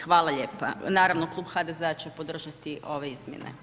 Hvala lijepa, naravno, klub HDZ-a će podržati ove izmjene.